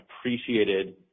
appreciated